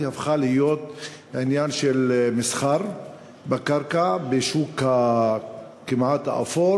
הפכה להיות עניין של מסחר בקרקע בשוק הכמעט-אפור.